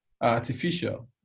artificial